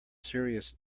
serious